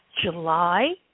July